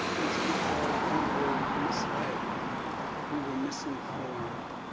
it's because we were misled. we were misinformed.